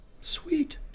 Sweet